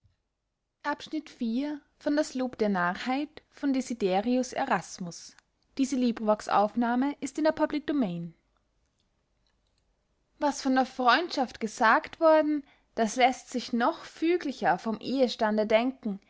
was von der freundschaft gesagt worden das läßt sich noch füglicher vom ehestande denken